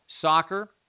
soccer